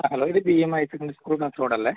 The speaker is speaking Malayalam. ഹലോ ഇത് B M higher secondary school Kasaragod അല്ലേ